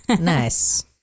Nice